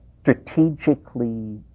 strategically